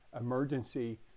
emergency